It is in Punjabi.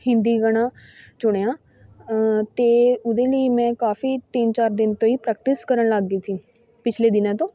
ਹਿੰਦੀ ਗਾਣਾ ਚੁਣਿਆ ਅਤੇ ਉਹਦੇ ਲਈ ਮੈਂ ਕਾਫੀ ਤਿੰਨ ਚਾਰ ਦਿਨ ਤੋਂ ਹੀ ਪ੍ਰੈਕਟਿਸ ਕਰਨ ਲੱਗ ਗਈ ਸੀ ਪਿਛਲੇ ਦਿਨਾਂ ਤੋਂ